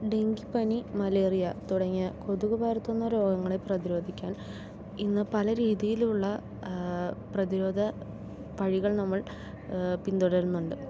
dengue പനി malaria തുടങ്ങിയ കൊതുക് പരത്തുന്ന രോഗങ്ങളെ പ്രതിരോധിക്കാൻ ഇന്ന് പല രീതിയിലുള്ള പ്രതിരോധ വഴികൾ നമ്മൾ പിന്തുടരുന്നുണ്ട്